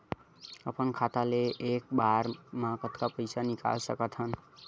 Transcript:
अपन खाता ले एक बार मा कतका पईसा निकाल सकत हन?